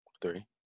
three